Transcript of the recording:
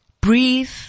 breathe